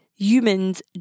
Humans